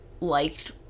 liked